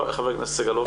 ח"כ סגלוביץ'